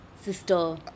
sister